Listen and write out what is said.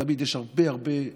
תמיד יש הרבה הרבה בלוף,